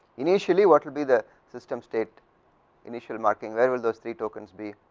initially what will be the system state initial marking where will those three tokens b